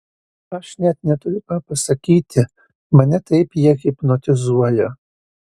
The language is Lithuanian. aš net neturiu ką pasakyti mane taip jie hipnotizuoja